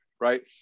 right